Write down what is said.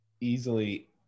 easily